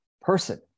person